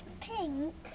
pink